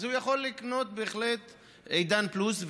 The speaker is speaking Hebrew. אז הוא יכול בהחלט לקנות עידן פלוס,